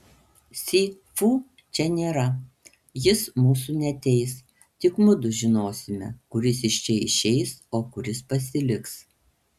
si fu čia nėra jis mūsų neteis tik mudu žinosime kuris iš čia išeis o kuris pasiliks